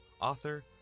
author